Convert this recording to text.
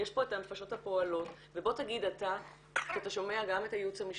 יש פה את הנפשות הפעולות ובוא תגיד אתה כשאתה שומע גם את הייעוץ המשפטי,